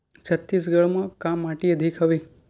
छत्तीसगढ़ म का माटी अधिक हवे?